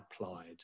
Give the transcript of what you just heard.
applied